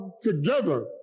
together